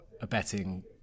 abetting